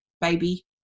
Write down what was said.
baby